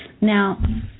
Now